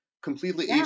Completely